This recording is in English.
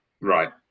Right